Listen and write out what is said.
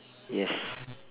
yes